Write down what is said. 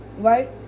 Right